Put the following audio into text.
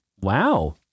Wow